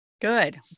good